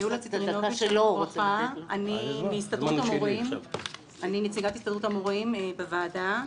שלום וברכה, אני נציגת הסתדרות המורים בוועדה.